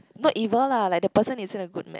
not evil lah like the person isn't a good match